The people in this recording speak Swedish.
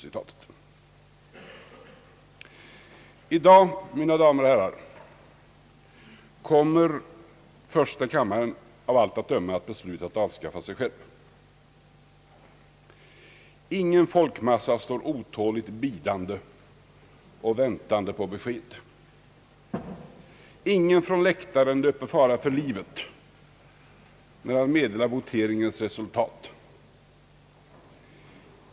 I dag, mina damer och herrar, kommer första kammaren av allt att döma att avskaffa sig själv. Ingen folkmassa står otåligt bidande och väntande på besked. Ingen från läktaren löper fara för livet när han meddelar voteringens resultat.